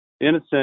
innocent